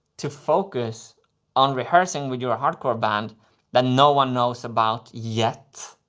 to focus on rehearsing with your hardcore band that no one knows about yet.